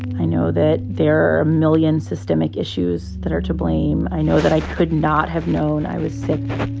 i know that there are a million systemic issues that are to blame. i know that i could not have known i was sick.